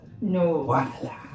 No